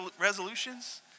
resolutions